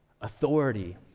authority